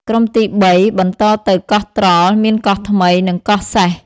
ក្រុមទីបី បន្តទៅ កោះត្រល់ មានកោះថ្មី និង កោះសេះ ។